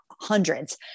hundreds